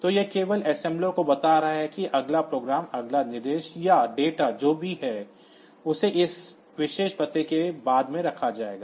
तो यह केवल assembler को बता रहा है कि अगला प्रोग्राम अगला निर्देश या डेटा जो कुछ भी है उसे इस विशेष पते के बाद में रखा जाएगा